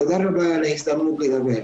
תודה רבה על ההזדמנות לדבר.